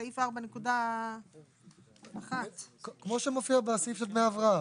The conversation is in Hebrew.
סעיף 4.1. כמו שמופיע בסעיף של דמי הבראה.